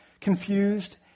confused